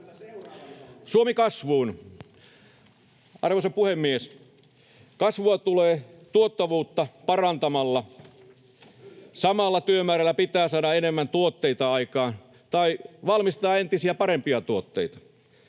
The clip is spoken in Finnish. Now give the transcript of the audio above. Suomi kasvuun: Arvoisa puhemies! Kasvua tulee tuottavuutta parantamalla. Samalla työmäärällä pitää saada enemmän tuotteita aikaan tai valmistaa entistä parempia tuotteita.